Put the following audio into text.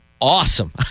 awesome